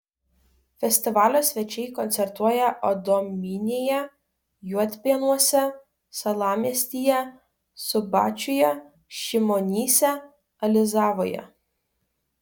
festivalio svečiai koncertuoja adomynėje juodpėnuose salamiestyje subačiuje šimonyse alizavoje